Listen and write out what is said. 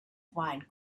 find